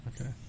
Okay